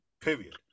period